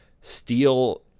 steal